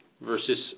versus